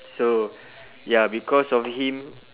so ya because of him